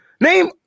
name